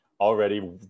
already